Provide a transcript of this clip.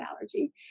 allergy